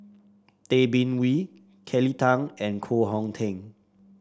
Tay Bin Wee Kelly Tang and Koh Hong Teng